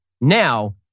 now